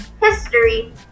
History